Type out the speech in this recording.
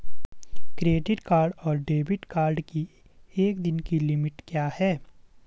Credit card और debit card की एक दिन की लिमिट क्या है?